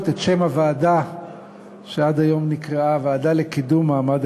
את שם הוועדה שעד היום נקראה "הוועדה לקידום מעמד